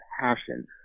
passion